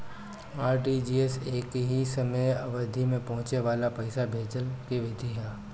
RTGS एकही समय अवधि में पहुंचे वाला पईसा भेजला के विधि हवे